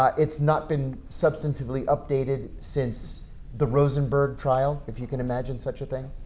um it's not been substantively updated since the rosenberg trial, if you can imagine such a thing.